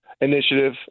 initiative